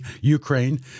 Ukraine